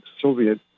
Soviet